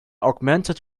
augmented